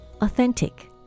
Authentic